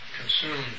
consumed